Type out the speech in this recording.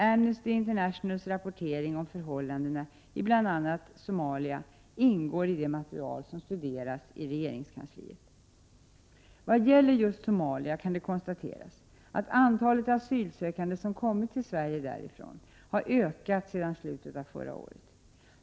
Amnesty Internationals rapportering om förhållan dena i bl.a. Somalia ingår i det material som studeras inom regeringskansliet. Vad gäller just Somalia kan det konstateras att antalet asylsökande som kommit till Sverige därifrån har ökat sedan slutet av förra året.